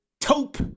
taupe